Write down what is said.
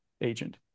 agent